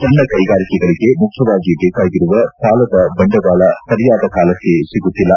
ಸಣ್ಣ ಕೈಗಾರಿಕೆಗಳಗೆ ಮುಖ್ಯವಾಗಿ ಬೇಕಾಗಿರುವ ಸಾಲದ ಬಂಡವಾಳ ಸರಿಯಾದ ಕಾಲಕ್ಷೆ ಸಿಗುತ್ತಿಲ್ಲ